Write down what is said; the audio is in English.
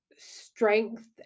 strength